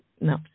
No